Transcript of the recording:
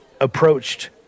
approached